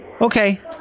Okay